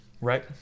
right